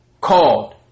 called